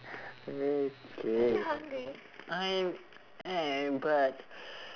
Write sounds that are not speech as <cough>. okay I am but <noise>